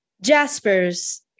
Jaspers